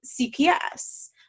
CPS